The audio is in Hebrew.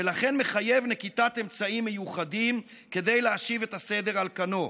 ולכן מחייב נקיטת אמצעים מיוחדים כדי להשיב את הסדר על כנו.